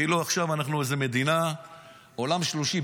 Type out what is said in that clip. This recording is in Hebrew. כאילו עכשיו אנחנו איזה מדינת עולם שלישי,